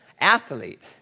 athlete